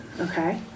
okay